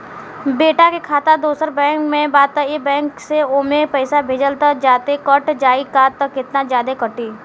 बेटा के खाता दोसर बैंक में बा त ए बैंक से ओमे पैसा भेजम त जादे कट जायी का त केतना जादे कटी?